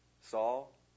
Saul